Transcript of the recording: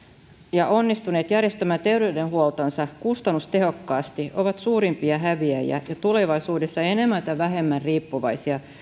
ja onnistuneet järjestämään terveydenhuoltonsa kustannustehokkaasti ovat suurimpia häviäjiä ja tulevaisuudessa enemmän tai vähemmän riippuvaisia